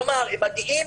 כלומר הם מגיעים,